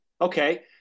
Okay